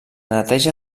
neteja